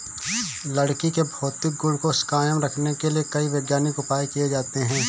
लकड़ी के भौतिक गुण को कायम रखने के लिए कई वैज्ञानिक उपाय किये जाते हैं